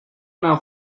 una